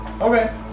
okay